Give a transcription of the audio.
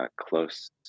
close